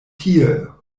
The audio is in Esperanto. tie